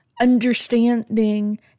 understanding